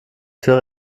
tür